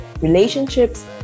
relationships